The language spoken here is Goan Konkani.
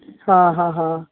हां हां हां